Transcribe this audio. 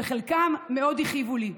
וחלקן מאוד הכאיבו לי,